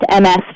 MS